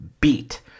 beat